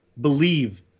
believe